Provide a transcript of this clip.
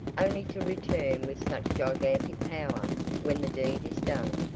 only to return with such gigantic power when the deed is done.